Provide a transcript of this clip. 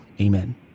Amen